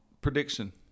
Prediction